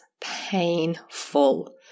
painful